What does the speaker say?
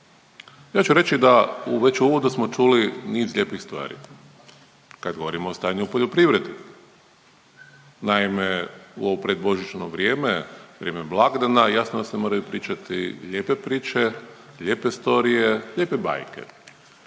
Ja ću reći da već u uvodu smo čuli niz lijepih stvari kad govorimo o stanju u poljoprivredi. Naime, u ovo predbožićno vrijeme, vrijeme blagdana jasno da se moraju pričati lijepe priče, lijepe storije, lijepe bajke,